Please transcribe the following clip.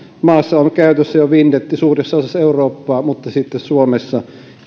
maassa on jo käytössä vinjetti suuressa osassa eurooppaa mutta sitten suomessa